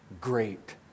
great